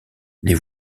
les